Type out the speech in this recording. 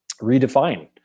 redefine